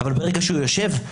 אבל ברגע שהוא יושב,